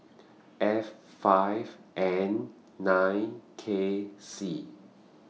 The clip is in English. F five N nine K C